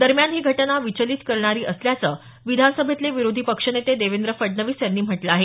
दरम्यान ही घटना विचलित करणारी असल्याचं विधानसभेतले विरोधी पक्षनेते देवेंद्र फडणवीस यांनी म्हटलं आहे